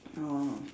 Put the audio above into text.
orh